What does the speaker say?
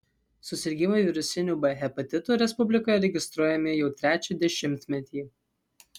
susirgimai virusiniu b hepatitu respublikoje registruojami jau trečią dešimtmetį